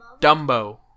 Dumbo